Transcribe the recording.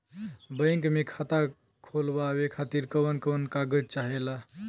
Bank मे खाता खोलवावे खातिर कवन कवन कागज चाहेला?